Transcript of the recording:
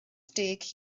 deg